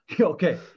Okay